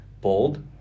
bold